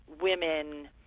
women –